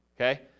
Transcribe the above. okay